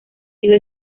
sido